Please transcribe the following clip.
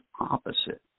opposite